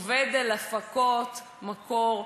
עובד על הפקות מקור.